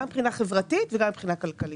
גם מבחינה חברתית וגם מבחינה כלכלית.